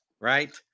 right